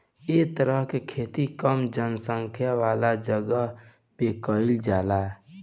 ए तरह के खेती कम जनसंख्या वाला जगह पे कईल जाला